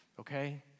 Okay